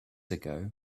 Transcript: ago